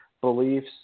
beliefs